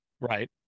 Right